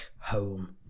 home